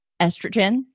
estrogen